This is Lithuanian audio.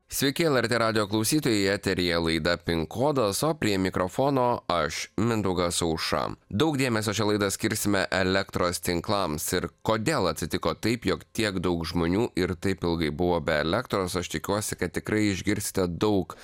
sveiki lrt radijo klausytojai eteryje laida pin kodas o prie mikrofono aš mindaugas auša daug dėmesio šią laidą skirsime elektros tinklams ir kodėl atsitiko taip jog tiek daug žmonių ir taip ilgai buvo be elektros aš tikiuosi kad tikrai išgirsite daug